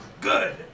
Good